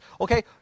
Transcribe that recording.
Okay